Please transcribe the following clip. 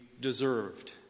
deserved